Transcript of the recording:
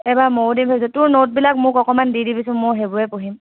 এইবাৰ মইও দিম ভাবিছোঁ তোৰ নোটবিলাক মোক অকণমান দি দিবিচোন মইও সেইবোৰে পঢ়িম